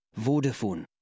Vodafone